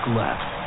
left